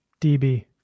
DB